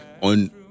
on